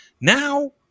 Now